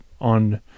on